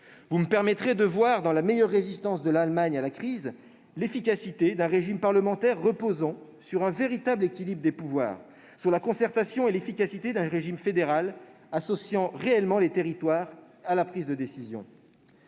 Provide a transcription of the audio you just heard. Vous me permettrez de voir dans la meilleure résistance de l'Allemagne à la crise l'efficacité d'un régime parlementaire reposant sur un véritable équilibre des pouvoirs, sur la concertation et l'efficacité d'un régime fédéral associant réellement les territoires à la prise de décisions.